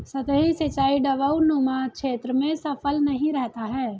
सतही सिंचाई ढवाऊनुमा क्षेत्र में सफल नहीं रहता है